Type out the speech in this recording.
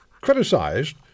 criticized